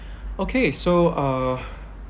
okay so uh